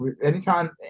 anytime